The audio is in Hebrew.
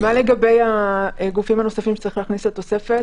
אבל מה לגבי הגופים הנוספים שצריך להכניס לתוספת,